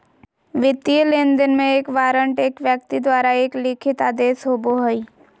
वित्तीय लेनदेन में, एक वारंट एक व्यक्ति द्वारा एक लिखित आदेश होबो हइ